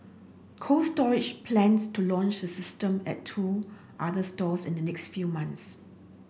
Cold Storage plans to launch the system at two other stores in the next few months